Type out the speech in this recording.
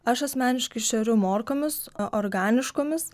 aš asmeniškai šeriu morkomis o organiškomis